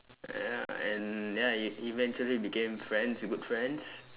ya and ya e~ eventually became friends good friends